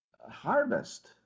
harvest